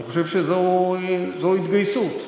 אני חושב שזו התגייסות,